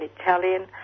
Italian